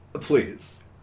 please